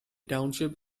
township